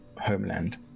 homeland